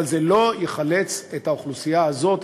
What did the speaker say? אבל זה לא יחלץ את האוכלוסייה הזאת,